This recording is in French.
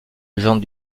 légende